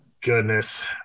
goodness